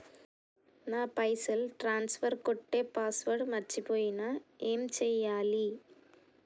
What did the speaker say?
నా పైసల్ ట్రాన్స్ఫర్ కొట్టే పాస్వర్డ్ మర్చిపోయిన ఏం చేయాలి?